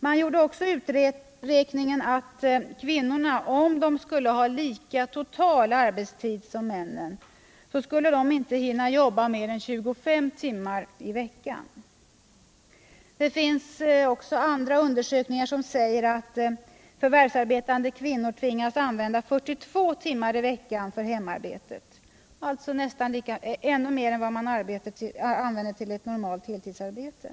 Man gjorde också uträkningen att kvinnor, om de skulle ha lika total arbetstid som männen, inte skulle hinna jobba mer än 25 timmar i veckan. Det finns andra undersökningar som säger att förvärsarbetande kvinnor tvingas använda 42 timmar i veckan för hemarbetet — alltså mer än man använder för ett normalt heltidsarbete.